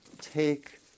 take